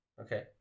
Okay